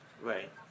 Right